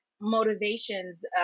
motivations